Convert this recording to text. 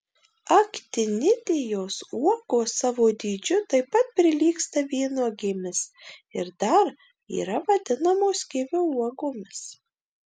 aktinidijos uogos savo dydžiu taip pat prilygsta vynuogėmis ir dar yra vadinamos kivio uogomis